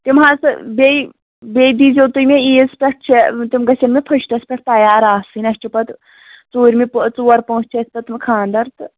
تِم حظ بیٚیہِ بیٚیہِ دیٖزیو تُہۍ مےٚ عیٖذ پٮ۪ٹھ چھِ تِم گژھن مےٚ فٔسٹَس پٮ۪ٹھ تیار آسٕنۍ اَسہِ چھُ پَتہٕ ژوٗرمہِ ژور پانٛژھ چھِ اَسہِ پَتہٕ تِم خانٛدر تہٕ